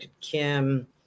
Kim